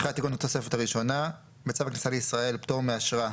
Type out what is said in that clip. תיקון התוספת1.בצו הכניסה לישראל (פטור מאשרה),